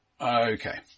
Okay